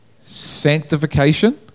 Sanctification